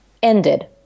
ended